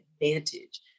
Advantage